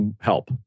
help